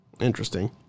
Interesting